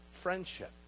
friendship